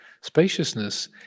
spaciousness